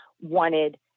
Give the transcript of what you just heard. wanted